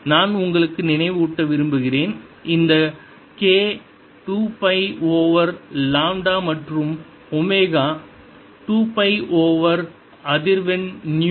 நான் உங்களுக்கு நினைவூட்ட விரும்புகிறேன் இந்த கே 2 பை ஓவர் லாம்ப்டா மற்றும் ஒமேகா 2 பை ஓவர் அதிர்வெண் நு